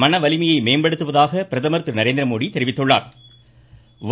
மனவலிமையை மேம்படுத்துவதாக பிரதமா் திரு நரேந்திரமோடி தெரிவித்துள்ளாா்